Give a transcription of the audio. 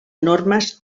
normes